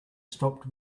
stopped